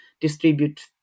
distribute